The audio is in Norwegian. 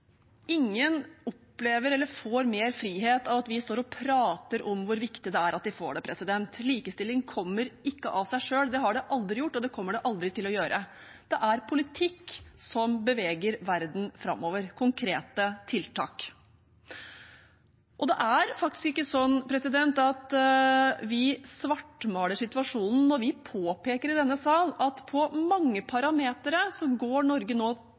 får mer frihet av at vi står og prater om hvor viktig det er at de får det. Likestilling kommer ikke av seg selv – det har den aldri gjort, og det kommer den aldri til å gjøre. Det er politikk som beveger verden framover, konkrete tiltak. Det er faktisk ikke sånn at vi svartmaler situasjonen når vi i denne sal påpeker at på mange parametere går Norge nå